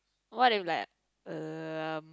what if like um